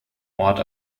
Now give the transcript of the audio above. ort